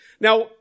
Now